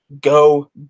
Go